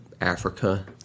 Africa